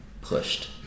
pushed